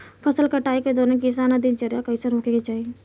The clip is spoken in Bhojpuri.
फसल कटाई के दौरान किसान क दिनचर्या कईसन होखे के चाही?